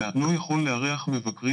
אתה לא יכול לארח מבקרים.